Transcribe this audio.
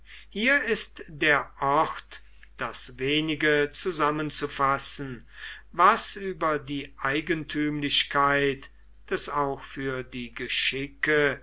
hier ist der ort das wenige zusammenzufassen was über die eigentümlichkeit des auch für die geschicke